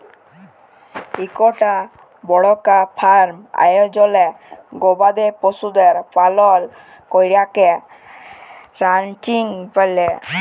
ইকটা বড়কা ফার্ম আয়জলে গবাদি পশুদের পালল ক্যরাকে রানচিং ব্যলে